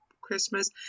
Christmas